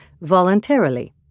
voluntarily